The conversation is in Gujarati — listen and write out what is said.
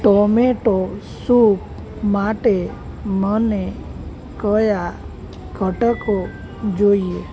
ટોમેટો સૂપ માટે મને કયા ઘટકો જોઈએ